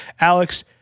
Alex